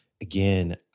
again